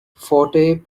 forte